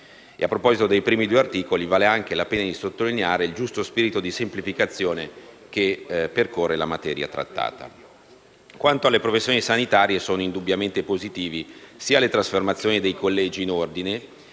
E, a proposito dei primi due articoli, vale la pena di sottolineare il giusto spirito di semplificazione che percorre la materia trattata. Quanto alle professioni sanitarie, sono indubbiamente positivi sia la trasformazione dei Collegi in Ordini,